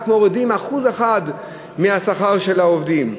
רק מורידים 1% מהשכר של העובדים,